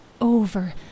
over